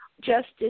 justice